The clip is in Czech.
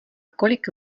kolik